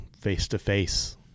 face-to-face